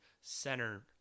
center